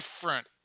different